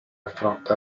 affronta